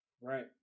Right